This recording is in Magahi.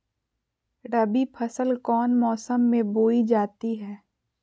रबी फसल कौन मौसम में बोई जाती है?